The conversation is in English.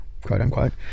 quote-unquote